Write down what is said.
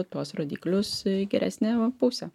tuos rodiklius į geresnę pusę